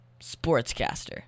sportscaster